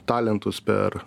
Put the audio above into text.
talentus per